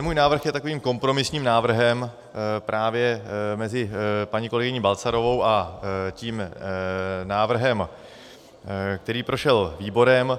Můj návrh je takovým kompromisním návrhem právě mezi paní kolegyni Balcarovou a návrhem, který prošel výborem.